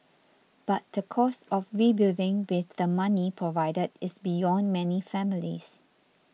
but the cost of rebuilding with the money provided is beyond many families